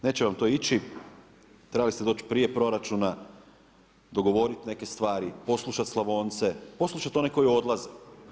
Neće vam to ići, trebali ste doći prije proračuna, dogovorit neke stvari, poslušat Slavonce, poslušat one koji odlaze.